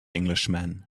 englishman